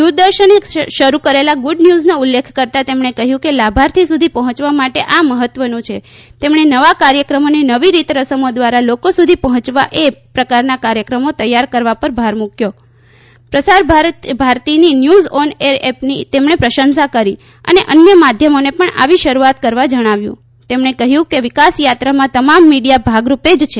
દૂરદર્શને શરૂ કરેલા ગુડ ન્યૂઝનો ઉલ્લેખ કરતાં તેમણે કહ્યું કે લાભાર્થી સુધી પહોંચવા માટે આ મહત્વનું છે તેમણે નવા કાર્યક્રમોને નવી રીતરસમો દ્વારા લોકો સુધી પહોંચવા એ પ્રકારના કાર્યક્રમો તૈયાર કરવા પર ભાર મૂક્યો પ્રસાર ભારતની ન્યૂઝ ઓન એર એપનો તેમણે પ્રશંસા કરી અને અન્ય માધ્યમોને પણ આવી શરૂઆત કરવા જણાવ્યું તેમણે કહ્યું કે વિકાસ યાત્રામાં તમામ મીડીયા ભાગરૂપે જ છે